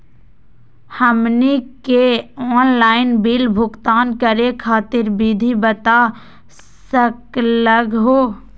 हमनी के online bill भुगतान करे खातीर विधि बता सकलघ हो?